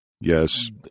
Yes